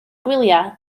gwyliau